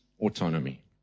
autonomy